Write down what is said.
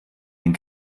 den